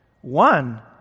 One